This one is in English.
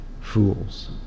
fools